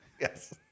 yes